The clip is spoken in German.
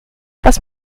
was